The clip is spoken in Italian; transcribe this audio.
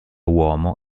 uomo